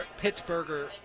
Pittsburgher